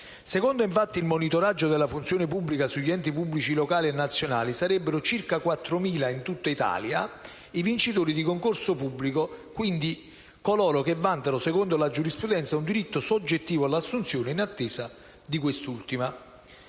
secondo il monitoraggio della funzione pubblica sugli enti pubblici locali e nazionali, sarebbero circa 4.000 in tutta Italia i vincitori di concorso pubblico e, quindi, coloro che vantano, secondo la giurisprudenza, un diritto soggettivo all'assunzione in attesa di quest'ultima.